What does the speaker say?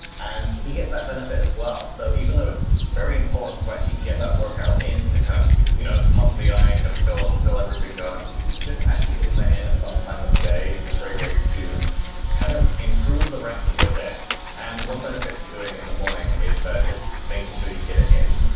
and he gets that benefit as well. so even though it's very important to actually get that workout in to kind of you know pump the iron, and kind of feel feel everything going. just actually getting that in at some time of day is a great way to kind of improve the rest of your day and one benefit to doing it in the morning is just making sure you it in.